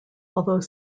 although